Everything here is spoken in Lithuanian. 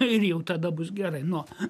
ir jau tada bus gerai nuo